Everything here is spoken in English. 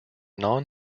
non